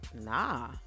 Nah